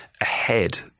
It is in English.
ahead